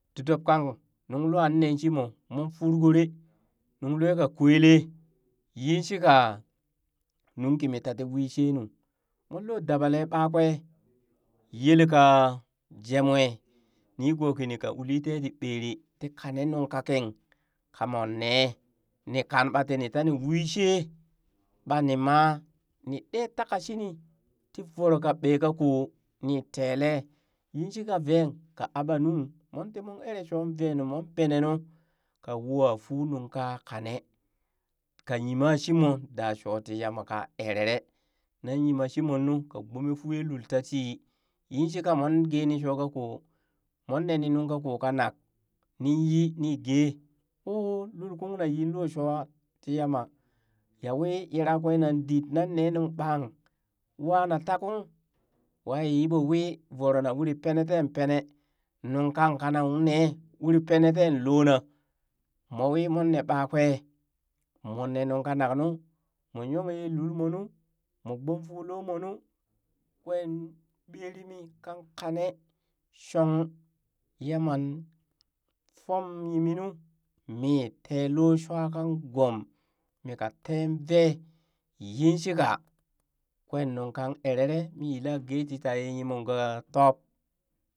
Didob kan nunglua nen shi mo moon fur kooree. nunglue ka kwelee yin shika nunki mi ta tii wi shee nuu, moon loo dabalee ɓakwee yelkan jemoe nigookini ka uli teen ti ɓeri tii kanee nuŋ kaakin ka mon nee ni kan ɓaa tini wishee ɓaa ni maa nii ɗee taka shini ti voro ka ɓee kako, nii tee le yin shi ka vee ka aɓa nung moon ti moon ere shoo vee nuu mon benen nuu, ka wowa fuu nuŋ ka kane ka yima shimo da shoo ti yama ka erere nan yima shimon nuu ka gbomee fuu yelul tatii yinka moon geeni shooka koo moon neni nungkako kanak ninyi ni gee ooh lul kung na yi looh shuwa ti yama ya wii, yira kwee nan dit nan nee nuŋ ɓaang wa na ta kung wa yiɓo wi vorona wuri pene ten pene nungkang kanan nee uri pene tee loo na moo wii moon nee ɓakwee moo nee nunka nak nu, moo yong yee lulmoo nu moo gbomfuu lo moo nuu kwee ɓeri mi kan kanee shong yaman fom yimi nuu mi tee loo shuwa kang gom mii ka teen vee, yin shika kwee nunkan erere mii ka yila gee tii taye yiman ka tob.